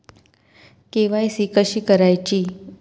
KYC कशी करायची?